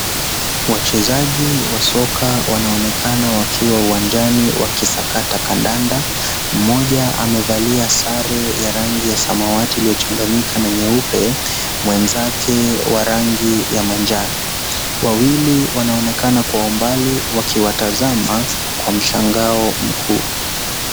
Wachezaji wa soka wanaonekana wakiwa uwanjani wakisakata kandanda. Mmoja amevalia sare ya rangi ya samawati iliyochanganyika na nyeupe, mwenzake wa rangi ya manjano. Wawili wanaonekana kwa umbali wakiwatazama kwa mshangao mkuu.